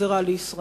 זה רע לישראל.